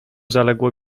zaległo